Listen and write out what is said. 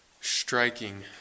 striking